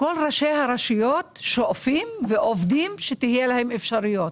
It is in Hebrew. כל ראשי הרשויות שואפים ועובדים כדי שיהיו להם אפשרויות.